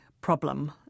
problem